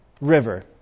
river